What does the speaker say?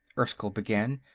erskyll began.